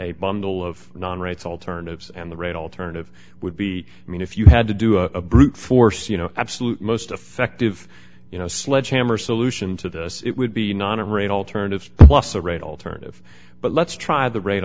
a bundle of non rights alternatives and the right alternative would be i mean if you had to do a brute force you know absolute most effective you know sledgehammer solution to this it would be non of great alternatives plus the right alternative but let's try the rate